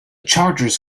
charges